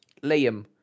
Liam